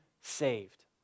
saved